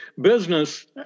business